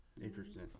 Interesting